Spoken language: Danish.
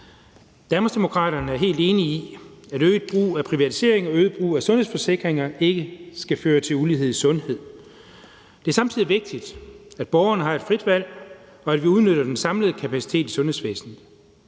Danmarksdemokraterne er helt enige i, at øget brug af privatisering og øget brug af sundhedsforsikringer ikke skal føre til ulighed i sundhed. Det er samtidig vigtigt, at borgeren har et frit valg, og at vi udnytter den samlede kapacitet i sundhedsvæsenet.